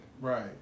Right